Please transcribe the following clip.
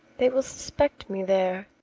they will suspect me there.